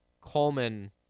Coleman